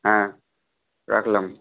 হ্যাঁ রাখলাম